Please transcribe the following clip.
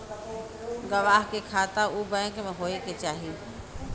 गवाह के खाता उ बैंक में होए के चाही